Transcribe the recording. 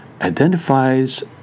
identifies